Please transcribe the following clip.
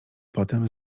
potem